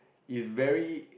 is very